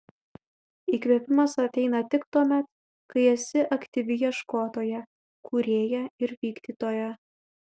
įkvėpimas ateina tik tuomet kai esi aktyvi ieškotoja kūrėja ir vykdytoja